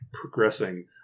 progressing